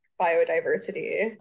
biodiversity